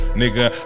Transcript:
nigga